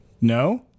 No